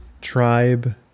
tribe